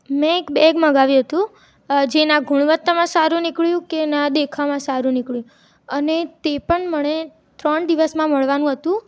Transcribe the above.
મેં એક બેગ મંગાવ્યું હતું જે ન ગુણવત્તામાં સારું નીકળ્યું કે ન દેખાવમાં સારું નીકળ્યું અને તે પણ મને ત્રણ દિવસમાં મળવાનું હતું